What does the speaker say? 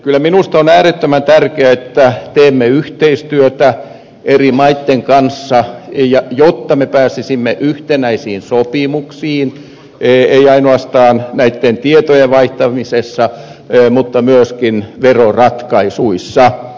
kyllä minusta on äärettömän tärkeää että teemme yhteistyötä eri maitten kanssa jotta me pääsisimme yhtenäisiin sopimuksiin ei ainoastaan näitten tietojen vaihtamisessa vaan myöskin veroratkaisuissa